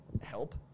help